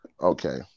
Okay